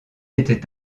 était